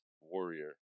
Warrior